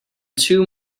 too